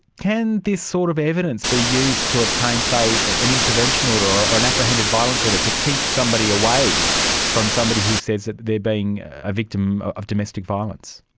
can this sort of evidence be used to obtain, say, an intervention order or an apprehended violence order to keep somebody away from somebody who says that they are being a victim of domestic violence?